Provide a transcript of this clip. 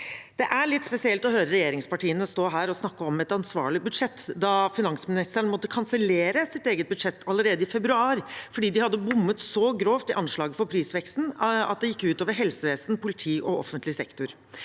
Det er litt spesielt å høre regjeringspartiene stå her og snakke om et ansvarlig budsjett når finansministeren måtte kansellere sitt eget budsjett allerede i februar fordi de hadde bommet så grovt i anslaget for prisveksten at det gikk ut over helsevesen, politi og offentlig sektor.